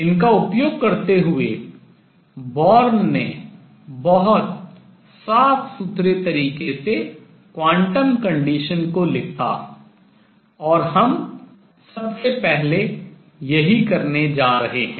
इनका उपयोग करते हुए बोर्न ने बहुत साफ सुथरे तरीके से quantum condition क्वांटम प्रतिबन्ध शर्त को लिखा और हम सबसे पहले यही करने जा रहे हैं